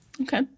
Okay